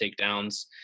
takedowns